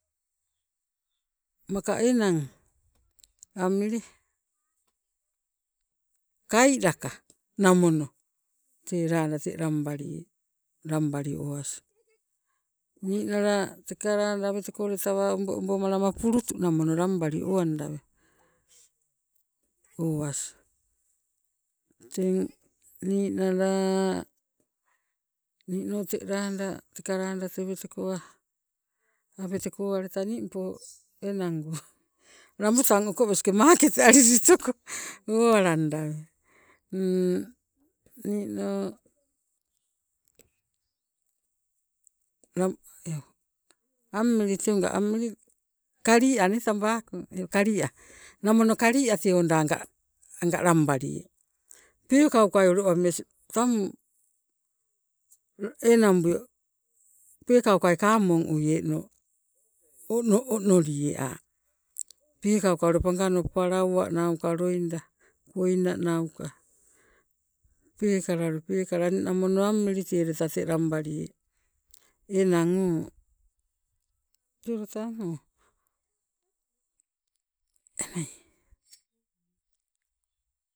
Maka enang amili kailaka namono tee lada te lambalie lambalio owas, ninala teka lada aweteko leta ombo obo malama pulutu namono lambalio owandawe owas, teng ninala nino teka lada awetekoale ningpo enango rambutan okoweske maket alilitoko owalandawe nino kalia nee tambakong, eu kalia, nomono kalia tee oda anga lambalie peekaukai kamoi uieno ono onolie a'. Peekauka ule pangano palauwa nauka, koina nauka peekala ule peekala teleta namoni ami teke lambalie, teleta ang o enai